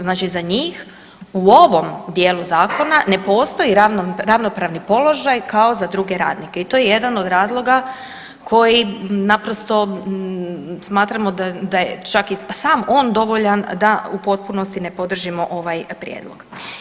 Znači za njih u ovom dijelu zakona ne postoji ravnopravni položaj kao za druge radnike i to je jedan od razloga koji naprosto smatramo da je čak i on sam dovoljan da u potpunosti ne podržimo ovaj prijedlog.